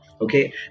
Okay